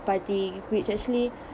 party which actually